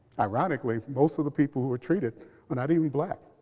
ironically most of the people who were treated were not even black.